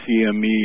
CME